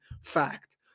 fact